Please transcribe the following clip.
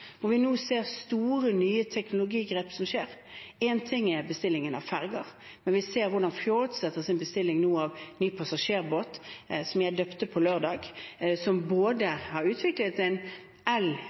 nå er store, nye teknologigrep som tas. Én ting er bestillingen av ferger, men vi ser hvordan The Fjords nå etter sin bestilling av ny passasjerbåt, som jeg døpte på lørdag, både har utviklet en passasjerbåt som